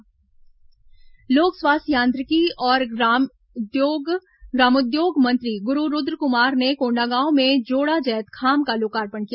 जैतखाम लोकार्पण लोक स्वास्थ्य यांत्रिकी और ग्रामोद्योग मंत्री गुरू रूद्रकुमार ने कोंडागांव में जोड़ा जैतखाम का लोकार्पण किया